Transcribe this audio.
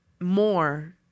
more